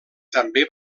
també